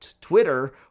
Twitter